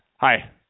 Hi